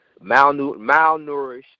malnourished